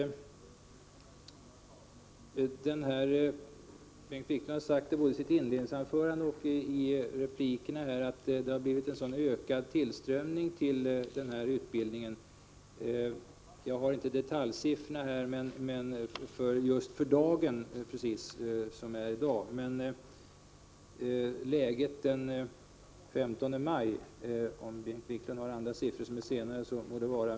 Bengt Wiklund har sagt både i sitt inledningsanförande och i replikerna att det har blivit en sådan ökad tillströmning till denna utbildning. Jag har inte detaljsiffrorna just för dagen tillgängliga, och om Bengt Wiklund har andra siffror än jag, så må det vara.